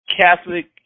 Catholic